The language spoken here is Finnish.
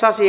asia